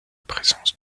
présence